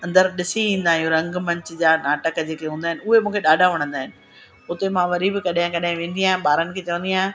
अंदरि ॾिसी ईंदा आहियूं रंगमंच जा नाटक जेके हूंदा आहिनि उहे मूंखे ॾाढा वणंदा आहिनि हुते मां वरी बि कॾहिं कॾहिं वेंदी आहियां ॿारनि जे चवंदी आहियां